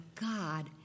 God